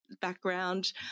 background